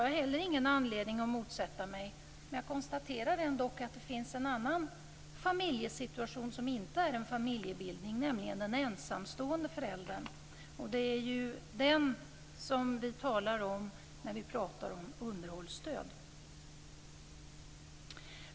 Jag har ingen anledning att motsätta mig det heller, men jag konstaterar ändå att det finns en annan familjesituation, som inte är en familjebildning, nämligen den ensamstående föräldern. Det är ju den ensamstående föräldern som vi talar om när vi tar upp frågan om underhållsstöd.